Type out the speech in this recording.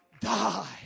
die